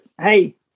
hey